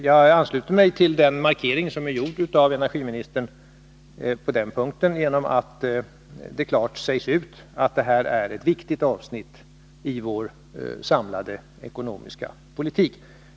Jag ansluter mig till den markering som energiministern gjorde på den punkten genom att hon klart uttalade att detta är ett viktigt avsnitt i vår samlade ekonomiska politik.